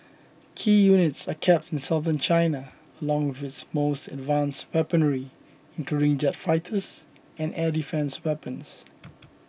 key units are kept in Southern China along with its most advanced weaponry including jet fighters and air defence weapons